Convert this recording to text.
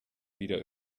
wieder